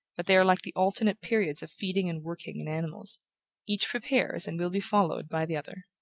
but they are like the alternate periods of feeding and working in animals each prepares and will be followed by the other.